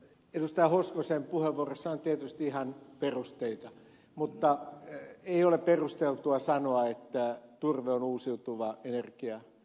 edustaja hoskosen puheenvuorossa on tietysti ihan perusteita mutta ei ole perusteltua sanoa että turve on uusiutuva energiaraaka aine